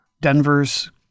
Denver's